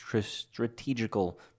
strategical